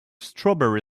strawberry